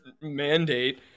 mandate